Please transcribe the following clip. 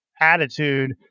attitude